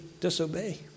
disobey